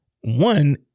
One